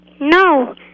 No